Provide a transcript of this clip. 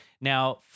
Now